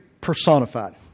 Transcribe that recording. personified